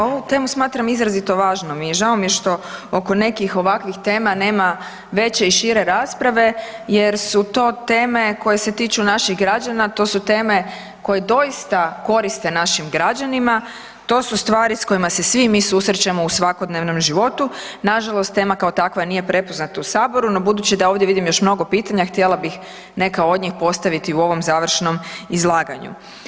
Ovu temu smatram izrazito važno i žao mi je što oko nekih ovakvih tema nema veće i šire rasprave jer su to teme koje se tiču naših građana a to su teme koje doista koriste našim građanima, to su stvari s kojima svi mi susrećemo u svakodnevnom životu, nažalost tema kao takva nije prepoznata u Saboru no budući da ovdje vidim još mnogo pitanja, htjela bih neka od njih postaviti u ovom završnom izlaganju.